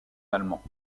allemands